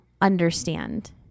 understand